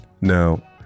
Now